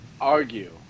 argue